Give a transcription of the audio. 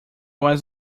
was